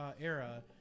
era